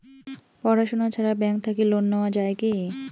পড়াশুনা ছাড়া ব্যাংক থাকি লোন নেওয়া যায় কি?